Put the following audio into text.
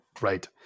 Right